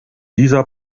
dieser